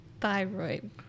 thyroid